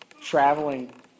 traveling